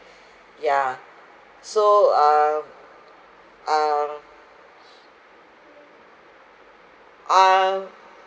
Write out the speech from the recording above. yeah so um um um